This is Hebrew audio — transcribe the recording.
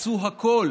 עשו הכול